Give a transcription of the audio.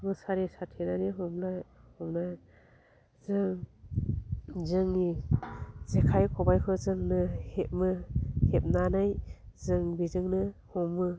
मुसारि साथेनानै हमनो हमो जों जोंनि जेखाइ खबायखौ जोंनो हेबो हेबनानै जों बेजोंनो हमो